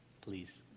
please